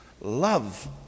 love